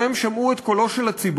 גם הם שמעו את קולו של הציבור.